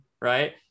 right